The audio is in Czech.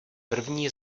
první